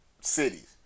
cities